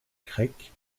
creek